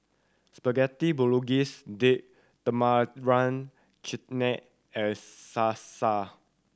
Spaghetti Bolognese Date Tamarind Chutney and Salsa